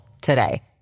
today